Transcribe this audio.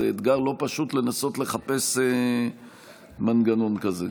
זה אתגר לא פשוט לנסות לחפש מנגנון כזה.